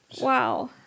Wow